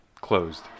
closed